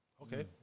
Okay